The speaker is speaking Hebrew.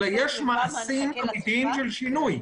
אלא יש מעשים עתידיים של שינוי.